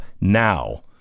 now